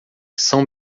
são